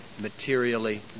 materially